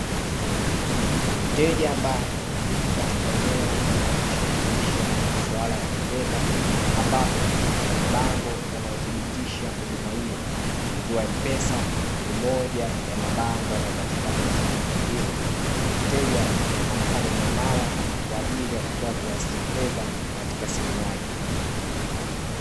Mteja ambaye, yupo katika eneo linalojishughulisha na maswala ya kifedha, ambapo kuna mabango yanayothibitisha huduma hiyo; ikiwa M-pesa ni moja ya mabango yanayopatikana katika eneo hilo. Mteja anafanya muamala kwa ajili ya kutoa kiasi cha fedha katika simu yake.